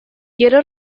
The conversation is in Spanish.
quiero